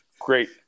great